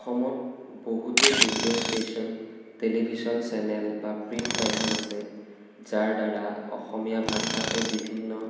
অসমত বহুতো radio station television channel বা প্ৰিণ্ট মাধ্য়ম আছে যাৰদ্বাৰা অসমীয়া ভাষাতে বিভিন্ন